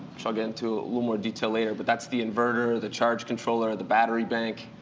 so get into a little more detail later, but that's the inverter, the charge controller, the battery bank,